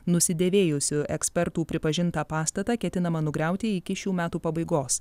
nusidėvėjusiu ekspertų pripažintą pastatą ketinama nugriauti iki šių metų pabaigos